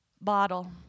bottle